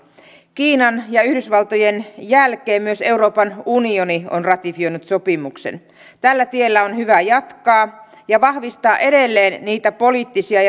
kiinan ja yhdysvaltojen jälkeen myös euroopan unioni on ratifioinut sopimuksen tällä tiellä on hyvä jatkaa ja vahvistaa edelleen niitä poliittisia